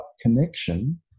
connection